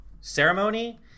ceremony